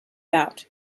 out